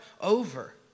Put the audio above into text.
over